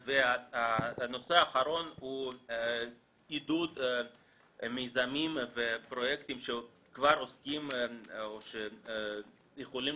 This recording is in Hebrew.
הנושא האחרון הוא עידוד מיזמים ופרויקטים שכבר עוסקים או שיכולים